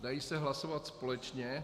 Dají se hlasovat společně.